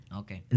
okay